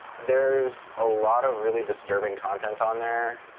there's a lot of really disturbing content on there.